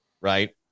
Right